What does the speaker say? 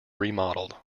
remodeled